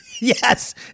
yes